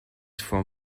from